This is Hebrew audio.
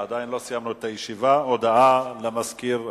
הודעה למזכיר הכנסת,